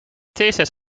thesis